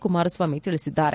ಕುಮಾರಸ್ವಾಮಿ ತಿಳಿಸಿದ್ದಾರೆ